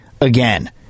again